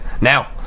now